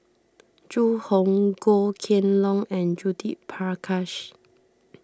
Zhu Hong Goh Kheng Long and Judith Prakash